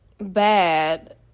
bad